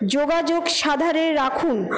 যোগাযোগ সাধারে রাখুন